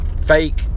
fake